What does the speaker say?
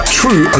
true